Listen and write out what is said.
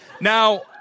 Now